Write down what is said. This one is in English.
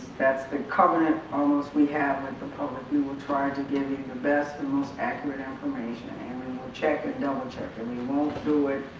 that's the covenant almost we have with the public. we will try to give you the best and most accurate information and check and double-check and we won't do it